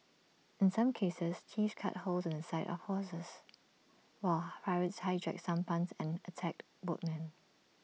in some cases thieves cut holes in the side of houses while pirates hijacked sampans and attacked boatmen